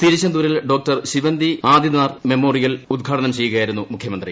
തിരിച്ചന്തൂരിൽ ഡോ ശിവന്തി ആദിതനാർ മെമ്മോറിയൽ ഉദ്ഘാടനം ചെയ്യുകയായിരുന്നു മുഖ്യമന്ത്രി